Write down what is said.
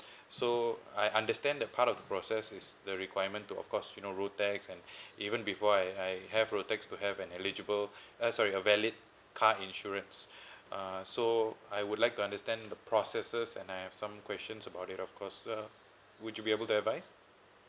so I understand that part of the process is the requirement to of course you know road tax and even before I I have road tax to have an eligible uh sorry a valid car insurance uh so I would like to understand the processes and I have some questions about it of course uh would you be able to advise